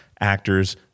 actors